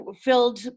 filled